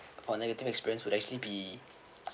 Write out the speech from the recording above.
for negative experience would actually be